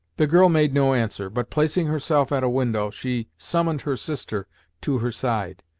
the girl made no answer but placing herself at a window, she summoned her sister to her side.